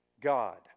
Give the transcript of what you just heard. God